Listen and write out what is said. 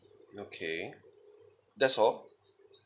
okay that's all